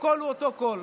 הקול הוא אותו קול.